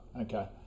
Okay